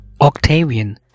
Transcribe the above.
Octavian